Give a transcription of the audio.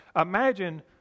Imagine